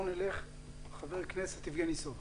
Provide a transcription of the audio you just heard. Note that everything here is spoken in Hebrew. חבר הכנסת יבגני סובה.